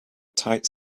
tight